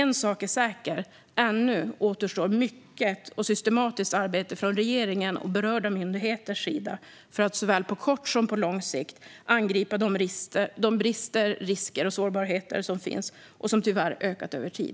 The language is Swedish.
En sak är säker: Ännu återstår mycket och systematiskt arbete från regeringens och berörda myndigheters sida för att såväl på kort som på lång sikt angripa de brister, risker och sårbarheter som finns och som tyvärr har ökat över tid.